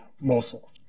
Mosul